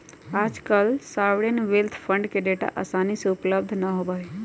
आजकल sovereign wealth fund के data आसानी से उपलब्ध ना होबा हई